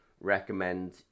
recommend